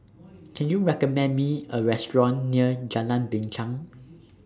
Can YOU recommend Me A Restaurant near Jalan Binchang